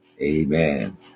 Amen